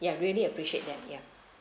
ya really appreciate that ya